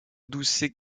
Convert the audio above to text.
doucet